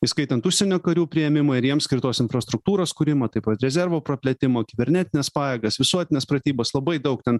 įskaitant užsienio karių priėmimą ir jiems skirtos infrastruktūros kūrimą taip pat rezervo praplėtimą kibernetines pajėgas visuotines pratybas labai daug ten